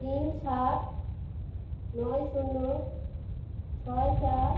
তিন সাত নয় শূন্য ছয় চার